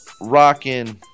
rocking